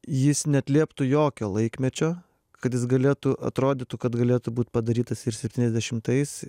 jis neatlieptų jokio laikmečio kad jis galėtų atrodytų kad galėtų būt padarytas ir septyniasdešimtais